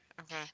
Okay